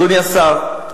אדוני השר,